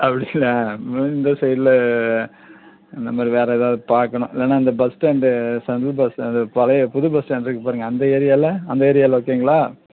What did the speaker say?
அப்படிங்களா ம் இந்த சைட்டில் இந்த மாதிரி வேறு ஏதாவது பார்க்கணும் இல்லைன்னா இந்த பஸ் ஸ்டாண்டு சந்து பஸ் அந்த பழைய புது பஸ் ஸ்டாண்ட்ருக்கு பாருங்கள் அந்த ஏரியாவில் அந்த ஏரியாவில் ஓகேங்களா